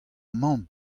mamm